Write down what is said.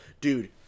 Dude